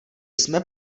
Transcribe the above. jsme